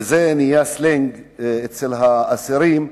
וזה נהיה סלנג אצל האסירים,